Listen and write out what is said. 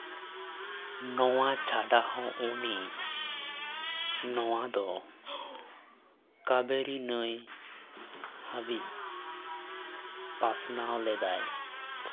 ᱱᱚᱣᱟ ᱪᱷᱟᱰᱟ ᱦᱚᱸ ᱩᱱᱤ ᱱᱚᱣᱟ ᱫᱚ ᱠᱟᱵᱮᱨᱤ ᱱᱟᱹᱭ ᱦᱟᱹᱵᱤᱡ ᱯᱟᱥᱱᱟᱣ ᱞᱮᱫᱟᱭ